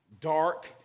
dark